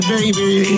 baby